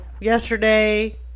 yesterday